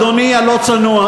אדוני הלא-צנוע,